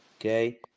okay